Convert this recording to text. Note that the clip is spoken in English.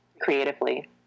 creatively